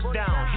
down